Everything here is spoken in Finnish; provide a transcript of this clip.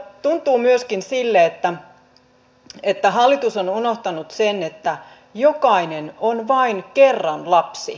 tuntuu myöskin siltä että hallitus on unohtanut sen että jokainen on vain kerran lapsi